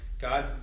God